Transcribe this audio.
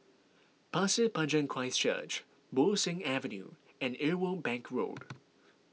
Pasir Panjang Christ Church Bo Seng Avenue and Irwell Bank Road